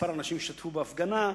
מספר האנשים שישתתפו בהפגנה.